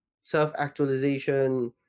self-actualization